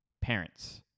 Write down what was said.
parents